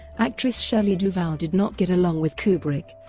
actress shelley duvall did not get along with kubrick,